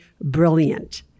brilliant